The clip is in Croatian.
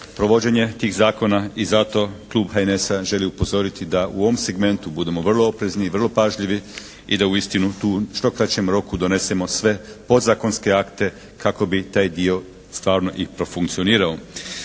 provođenje tih zakona. I zato klub HNS-a želi upozoriti da u ovom segmentu budemo vrlo oprezni i vrlo pažljivi i da uistinu tu u što kraćem roku donesemo sve podzakonske akte kako bi taj dio stvarno i profunkcionirao.